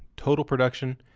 total production,